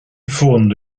fondo